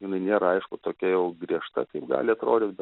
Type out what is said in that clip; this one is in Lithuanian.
jinai nėra aišku tokia jau griežta kaip gali atrodyt bet